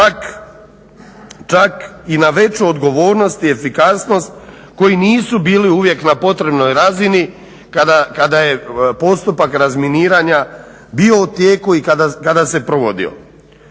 čak i na veću odgovornost i efikasnost koji nisu bili uvijek na potrebnoj razini kada je postupak razminiranja bio u tijeku i kada se provodio.